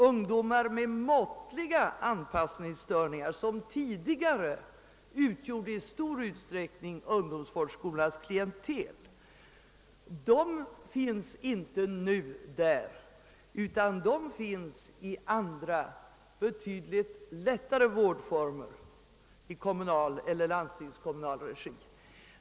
Ungdomar med måttliga anpassningsstörningar, som tidigare i stor utsträckning utgjorde ungdomsvårdsskolans klientel, återfinns inte längre där utan inom andra, betydligt lättare vårdformer i kommunal eller landstingskommunal regi.